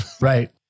right